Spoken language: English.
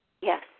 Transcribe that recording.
Yes